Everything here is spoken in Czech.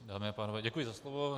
Dámy a pánové, děkuji za slovo.